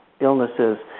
illnesses